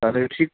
তাহলে ঠিক